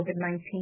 COVID-19